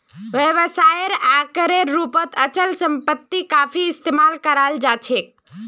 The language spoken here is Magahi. व्यवसायेर आकारेर रूपत अचल सम्पत्ति काफी इस्तमाल कराल जा छेक